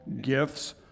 Gifts